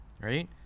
right